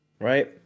right